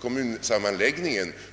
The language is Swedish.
kommunsammanläggningen.